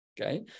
Okay